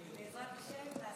ההסתה מנוגדת להסכם.